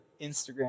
Instagram